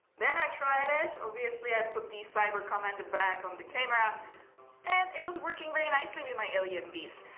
then i tried it and obviously i put the cyber commander back on the camera and it was working very nicely with my alien bees.